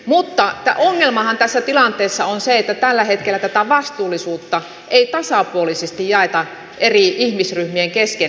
mutta ongelmahan tässä tilanteessa on se että tällä hetkellä tätä vastuullisuutta ei tasapuolisesti jaeta eri ihmisryhmien kesken